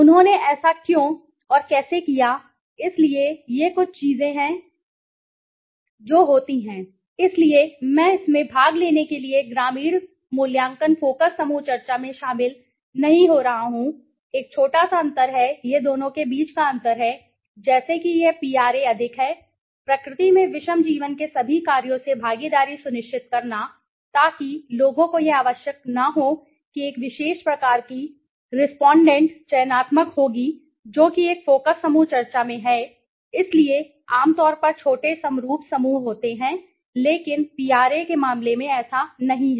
उन्होंने ऐसा क्यों और कैसे किया इसलिए ये कुछ चीजें हैं जो होती हैं इसलिए मैं इसमें भाग लेने के लिए ग्रामीण मूल्यांकन फोकस समूह चर्चा में शामिल नहीं हो रहा हूं एक छोटा सा अंतर है यह दोनों के बीच का अंतर है जैसे कि यह पीआरए अधिक है प्रकृति में विषम जीवन के सभी कार्यों से भागीदारी सुनिश्चित करना ताकि लोगों को यह आवश्यक न हो कि एक विशेष प्रकार की रेस्पोंडेंट चयनात्मक होगी जो कि एक फोकस समूह चर्चा में है इसलिए आमतौर पर छोटे समरूप समूह होते हैं लेकिन पीआरए के मामले में ऐसा नहीं है